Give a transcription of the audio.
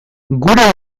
gure